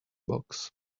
box